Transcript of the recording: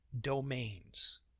domains